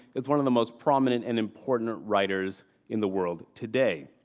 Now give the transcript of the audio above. is one of the most prominent and important writers in the world today.